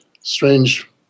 strange